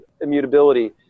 immutability